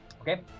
Okay